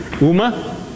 Uma